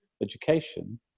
education